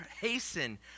hasten